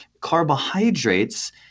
Carbohydrates